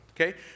okay